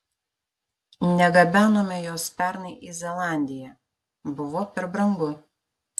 negabenome jos pernai į zelandiją buvo per brangu